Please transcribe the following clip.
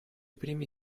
primi